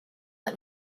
let